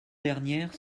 dernières